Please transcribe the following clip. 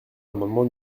l’amendement